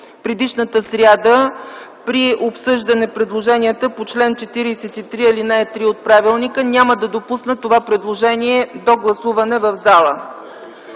предишната сряда, при обсъждане предложенията по чл. 43, ал. 3 от правилника няма да допусна това предложение до гласуване в залата.